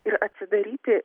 ir atsidaryti